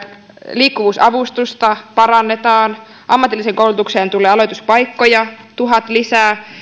liikkuvuusavustusta parannetaan ammatilliseen koulutukseen tulee aloituspaikkoja tuhat lisää